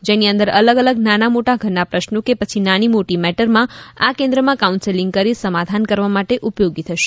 જેની અંદર અલગ અલગ નાના મોટો ઘરના પ્રશ્નો કે પછી કે નાની મોટી મેટરમાં આ કેન્દ્રમાં કાઉન્સેલિંગ કરી ઝઘડાના સમાધાન કરવા માટે ઉપયોગી થશે